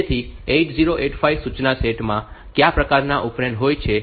તેથી 8085 સૂચના સેટ માં કયા પ્રકારનાં ઓપરેન્ડ્સ હોય છે